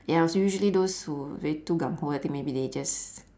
ya so usually those who re~ too gung ho I think maybe they just